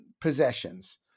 possessions